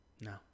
no